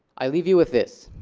i leave you with this.